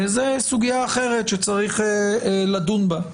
זו סוגיה אחרת שצריך לדון בה.